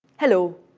hello,